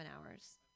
hours